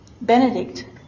Benedict